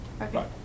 okay